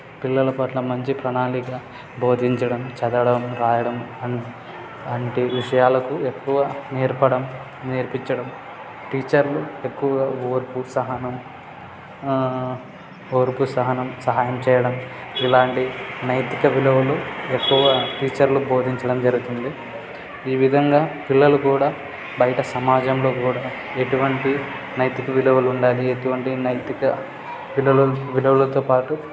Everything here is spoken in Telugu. పిల్లల పట్ల మంచి ప్రణాళిక బోధించడం చదవడం రాయడం అన్ని అట్టి విషయాలకు ఎక్కువ నేర్పడం నేర్పించడం టీచర్లు ఎక్కువగా ఓర్పు సహనం ఓర్పు సహనం సహాయం చేయడం ఇలాంటి నైతిక విలువలు ఎక్కువ టీచర్లు బోధించడం జరుగుతుంది ఈ విధంగా పిల్లలు కూడా బయట సమాజంలో కూడా ఎటువంటి నైతిక విలువలు ఉండాలి ఎటువంటి నైతిక విలువలతో పాటు